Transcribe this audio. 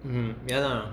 mm ya lah